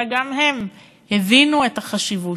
אלא גם הם הבינו את החשיבות.